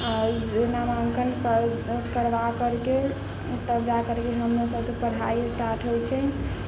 आओर नामाङ्कन कर करबा करिके तब जा करिके हमर सबके पढ़ाइ एस्टार्ट होइ छै